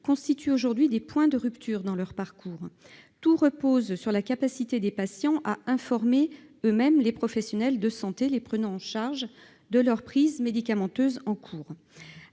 constituent aujourd'hui des points de rupture dans leur parcours. Tout repose sur la capacité des patients à informer eux-mêmes les professionnels de santé les prenant en charge de leurs prises médicamenteuses en cours.